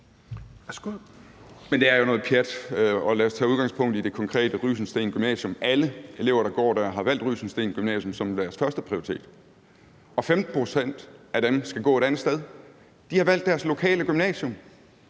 Men det er jo noget pjat, og lad os tage udgangspunkt i det konkrete, nemlig Rysensteen Gymnasium. Alle elever, der går der, har valgt Rysensteen Gymnasium som deres førsteprioritet, og 15 pct. af dem skal gå et andet sted. De har valgt deres lokale gymnasium.